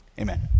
Amen